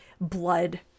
blood